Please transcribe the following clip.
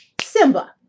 Simba